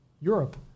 Europe